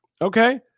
okay